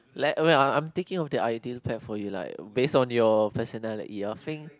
let I me~ I'm I'm thinking of the ideal pet for you like based on your personality I think